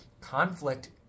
conflict